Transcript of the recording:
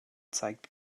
zeigt